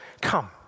come